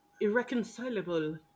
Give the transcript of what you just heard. irreconcilable